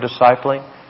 discipling